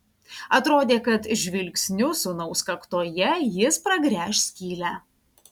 atrodė kad žvilgsniu sūnaus kaktoje jis pragręš skylę